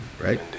right